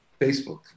Facebook